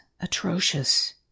atrocious